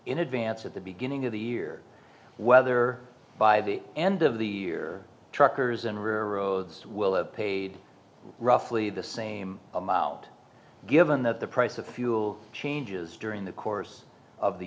in advance at the beginning of the year whether by the end of the year truckers and rear roads will have paid roughly the same amount given that the price of fuel changes during the course of the